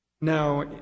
Now